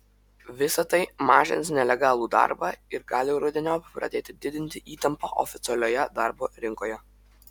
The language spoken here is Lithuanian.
visa tai mažins nelegalų darbą ir gali rudeniop pradėti didinti įtampą oficialioje darbo rinkoje